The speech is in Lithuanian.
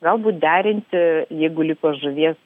galbūt derinti jeigu liko žuvies